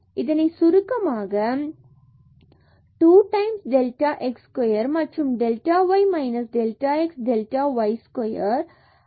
இதனை சுருக்கமாக minus 2 times delta x square மற்றும் delta y minus delta x and delta y square மற்றும் delta x square delta y square